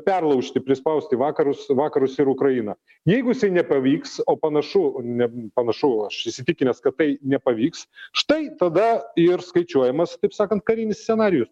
perlaužti prispausti vakarus vakarus ir ukrainą jeigu nepavyks o panašu ne panašu aš įsitikinęs kad tai nepavyks štai tada ir skaičiuojamas taip sakant karinis scenarijus